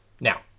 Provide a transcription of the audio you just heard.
now